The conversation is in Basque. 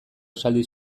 esaldi